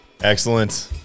Excellent